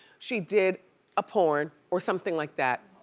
she did a porn or something like that.